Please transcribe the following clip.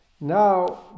Now